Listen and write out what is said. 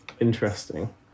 interesting